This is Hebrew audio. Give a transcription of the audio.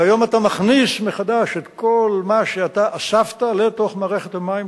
והיום אתה מכניס מחדש את כל מה שאתה אספת לתוך מערכת המים,